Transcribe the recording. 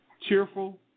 cheerful